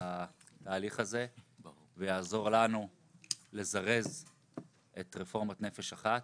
ההליך הזה ויעזור לנו לזרז את רפורמת נפש אחת